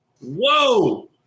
whoa